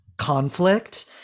conflict